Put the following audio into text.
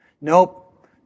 Nope